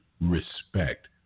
Respect